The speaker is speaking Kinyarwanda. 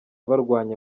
barwanye